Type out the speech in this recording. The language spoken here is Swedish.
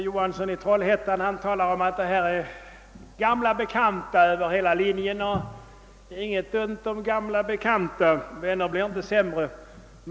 Vad skall grundlagberedningen göra med detta?